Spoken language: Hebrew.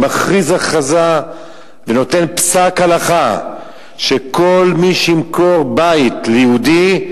מכריז הכרזה ונותן פסק הלכה שכל מי שימכור בית ליהודי,